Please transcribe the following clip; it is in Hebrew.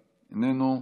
גולן, אף הוא איננו,